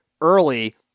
early